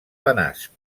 benasc